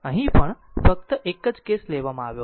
અહીં પણ ફક્ત એક જ કેસ કેમ લેવામાં આવ્યો છે